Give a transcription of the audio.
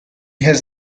has